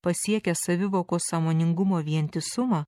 pasiekia savivokos sąmoningumo vientisumą